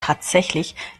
tatsächlich